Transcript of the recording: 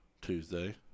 Tuesday